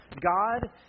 God